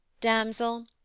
damsel